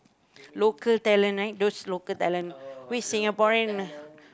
local talent right those local talent which Singaporean